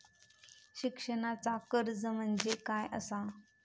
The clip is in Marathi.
शिक्षणाचा कर्ज म्हणजे काय असा?